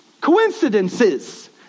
coincidences